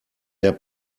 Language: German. der